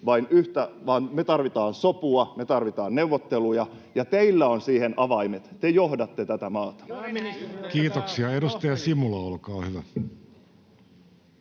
vaan me tarvitaan sopua, me tarvitaan neuvotteluja, ja teillä on siihen avaimet, te johdatte tätä maata. [Speech 75] Speaker: